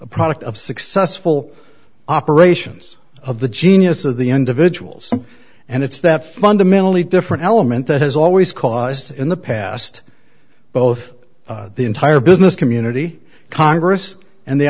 a product of successful operations of the genius of the individuals and it's that fundamentally different element that has always caused in the past both the entire business community congress and the